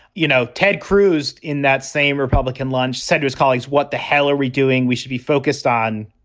you know, ted cruz in that same republican lunch said his colleagues, what the hell are we doing? we should be focused on